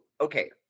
okay